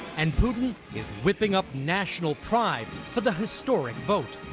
and putin is whipping up national pride for the historic vote.